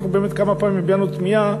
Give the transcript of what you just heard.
אנחנו באמת כמה פעמים הבענו תמיהה.